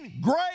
great